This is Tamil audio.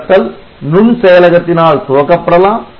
நகர்த்தல் நுண் செயலகத்தினால் துவக்கப்படலாம்